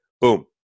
Boom